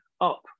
up